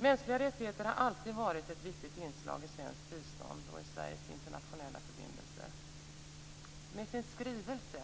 Mänskliga rättigheter har alltid varit ett viktigt inslag i svenskt bistånd och i Sveriges internationella förbindelser. Med sin skrivelse